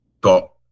got